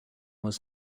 was